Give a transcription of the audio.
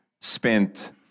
spent